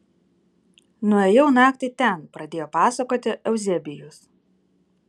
nuėjau naktį ten pradėjo pasakoti euzebijus